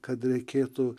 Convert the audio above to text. kad reikėtų